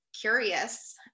curious